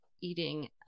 eating